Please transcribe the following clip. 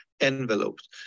envelopes